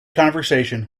conversation